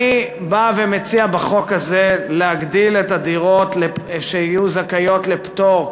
אני בא ומציע בחוק הזה להגדיל את גודל הדירות שיהיו זכאיות לפטור,